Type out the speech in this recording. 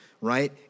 right